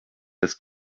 das